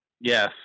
Yes